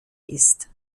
ist